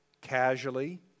casually